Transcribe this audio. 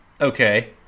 Okay